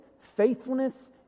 faithfulness